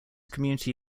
community